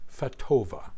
Fatova